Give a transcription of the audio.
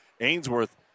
Ainsworth